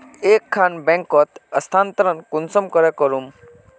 एक खान बैंकोत स्थानंतरण कुंसम करे करूम?